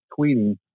tweeting